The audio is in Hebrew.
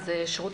כאן שאלה.